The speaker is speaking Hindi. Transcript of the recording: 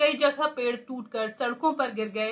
कई जगह पेड टूट कर सडकों पर गिर गये